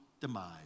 demise